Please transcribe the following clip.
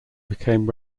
became